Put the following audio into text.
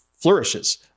flourishes